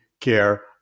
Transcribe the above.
care